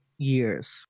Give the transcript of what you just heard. Years